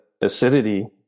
acidity